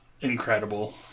Incredible